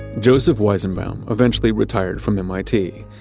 joseph weizenbaum eventually retired from mit,